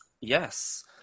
Yes